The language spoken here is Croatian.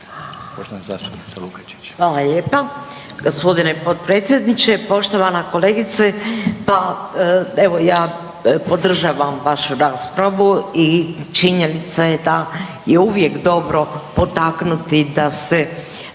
Ljubica (HDZ)** Hvala lijepa. Gospodine potpredsjedniče, poštovana kolegice. Pa evo ja podržavam vašu raspravu i činjenica je da je uvijek dobro potaknuti da se